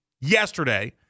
yesterday